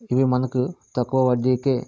ఇవి మనకు తక్కువ వడ్డీకే